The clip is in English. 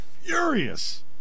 furious